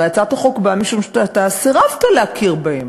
הרי הצעת החוק באה משום שאתה סירבת להכיר בהם.